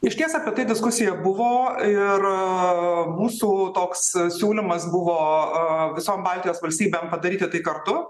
išties apie tai diskusija buvo ir mūsų toks siūlymas buvo visom baltijos valstybėm padaryti tai kartu